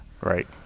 Right